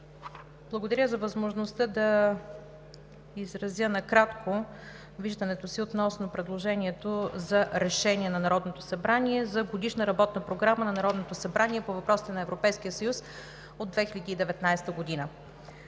благодаря за възможността да изразя накратко виждането си относно предложението за Решение на Народното събрание за Годишна работна програма на Народното събрание по въпросите на Европейския съюз от 2019 г.